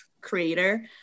creator